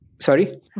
Sorry